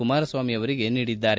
ಕುಮಾರಸ್ವಾಮಿ ಅವರಿಗೆ ನೀಡಿದ್ದಾರೆ